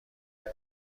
دهم